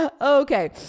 Okay